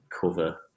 cover